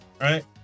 Right